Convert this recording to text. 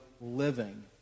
living